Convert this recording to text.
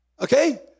Okay